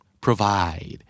Provide